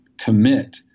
commit